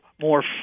more